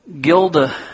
Gilda